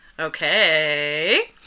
Okay